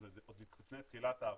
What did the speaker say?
זה עוד לפני תחילת עבודה,